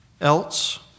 else